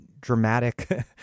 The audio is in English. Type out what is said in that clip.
dramatic